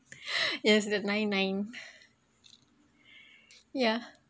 yes that nine nine yeah